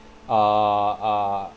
uh uh